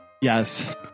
Yes